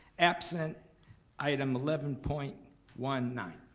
absent item eleven point one nine.